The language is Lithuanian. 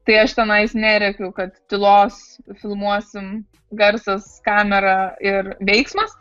tai aš tenais nerėkiu kad tylos filmuosim garsas kamera ir veiksmas